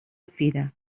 fira